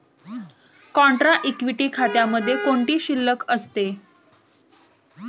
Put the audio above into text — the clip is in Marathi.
कॉन्ट्रा इक्विटी खात्यामध्ये कोणती शिल्लक असते?